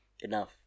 enough